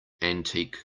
antique